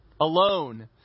alone